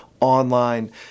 online